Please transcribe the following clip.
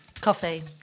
coffee